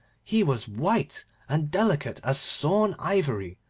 he was white and delicate as sawn ivory,